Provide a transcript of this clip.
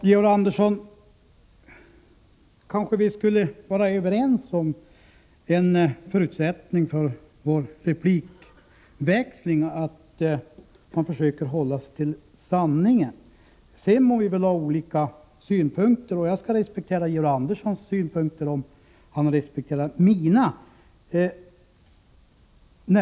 Herr talman! Kanske vi skulle vara överens om en förutsättning för vår replikväxling, Georg Andersson — att man försöker hålla sig till sanningen. Sedan må vi ha olika synpunkter, och jag skall respektera Georg Anderssons synpunkter om han respekterar mina.